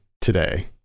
today